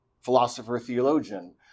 philosopher-theologian